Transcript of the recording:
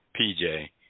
PJ